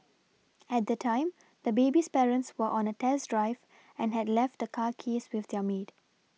at the time the baby's parents were on a test drive and had left the car keys with their maid